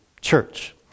church